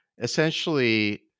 essentially